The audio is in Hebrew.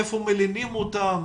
איפה מלינים אותם,